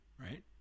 right